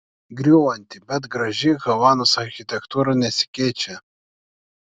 griūvanti bet graži havanos architektūra nesikeičia